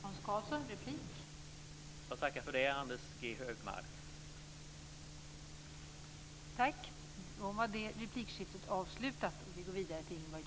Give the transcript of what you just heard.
Fru talman! Jag tackar för det, Anders G Högmark.